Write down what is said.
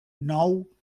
nou